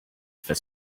for